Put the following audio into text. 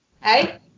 Hey